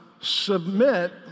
submit